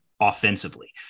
offensively